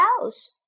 house